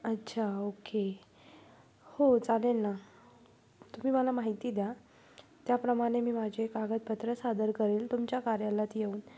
अच्छा ओके हो चालेल ना तुम्ही मला माहिती द्या त्याप्रमाणे मी माझे कागदपत्र सादर करेल तुमच्या कार्यालयात येऊन